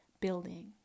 building